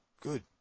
Good